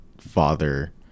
father